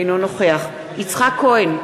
אינו נוכח יצחק כהן,